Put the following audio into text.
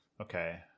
Okay